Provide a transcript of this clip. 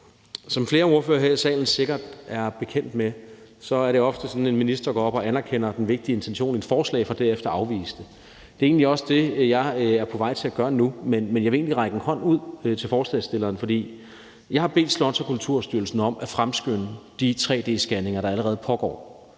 Som flere ordførere her i salen sikkert er bekendt med, er det ofte sådan, at en minister går op og anerkender den vigtige intention i et forslag for derefter at afvise det. Det er egentlig også det, jeg er på vej til at gøre nu, men jeg vil egentlig række en hånd ud til forslagsstillerne. Jeg har bedt Slots- og Kulturstyrelsen om at fremskynde de tre-d-scanninger, der allerede pågår,